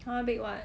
!huh! bake what